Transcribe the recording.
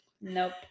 Nope